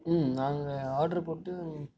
ம் நாங்கள் ஆர்ட்ரு போட்டு